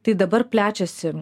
tai dabar plečiasi